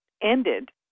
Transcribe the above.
ended